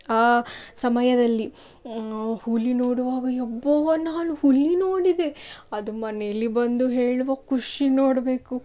ಆ ಸಮಯದಲ್ಲಿ ನಾವು ಹುಲಿ ನೋಡುವಾಗ ಯಬ್ಬವಾ ನಾನು ಹುಲಿ ನೋಡಿದೆ ಅದು ಮನೆಯಲ್ಲಿ ಬಂದು ಹೇಳುವ ಖುಷಿ ನೋಡಬೇಕು